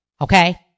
okay